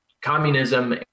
communism